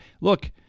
Look